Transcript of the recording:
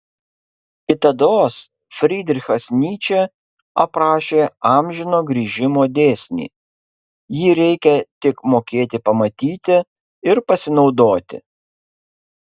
kitados frydrichas nyčė aprašė amžino grįžimo dėsnį jį reikią tik mokėti pamatyti ir pasinaudoti